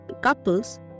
Couples